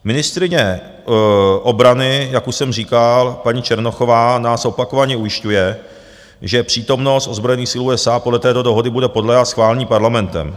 Ministryně obrany, jak už jsem říkal, paní Černochová nás opakovaně ujišťuje, že přítomnost ozbrojených sil USA podle této dohody bude podléhat schválení Parlamentem.